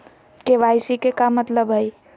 KYC के का मतलब हई?